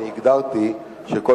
אני הגדרתי שכל